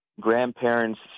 grandparents